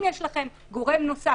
אם יש לכם גורם נוסף